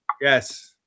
Yes